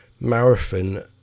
Marathon